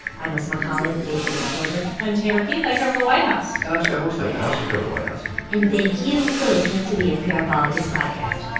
i'm asma khalid, political reporter i'm tamara keith. i cover the white house and i'm scott horsley. and i also cover the white house and thank you for listening to the npr politics podcast